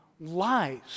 Lies